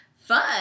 fun